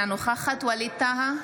אינה נוכחת ווליד טאהא,